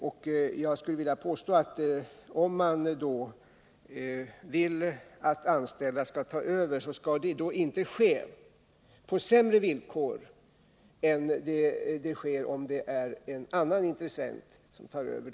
Om man vill att de anställda skall ta över bör det inte ske på sämre villkor än om en annan intressent tar över.